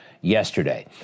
yesterday